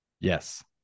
yes